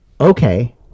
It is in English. okay